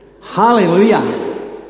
Hallelujah